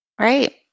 Right